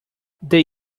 they